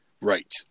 Right